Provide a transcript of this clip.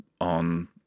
on